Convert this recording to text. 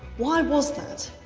why was that?